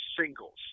singles